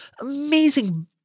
amazing